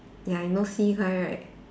ya you know C guy right